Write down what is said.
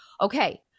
okay